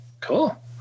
Cool